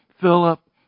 Philip